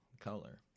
color